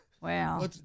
Wow